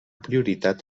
prioritat